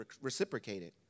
reciprocated